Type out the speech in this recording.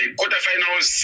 quarterfinals